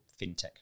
fintech